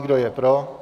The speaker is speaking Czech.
Kdo je pro?